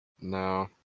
No